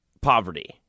poverty